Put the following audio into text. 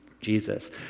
Jesus